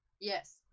Yes